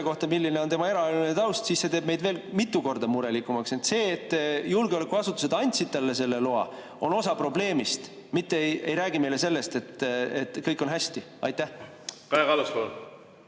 kohta, milline on tema eraeluline taust, siis see teeb meid veel mitu korda murelikumaks. See, et julgeolekuasutused andsid talle selle loa, on osa probleemist, mitte ei räägi meile sellest, et kõik on hästi. Kaja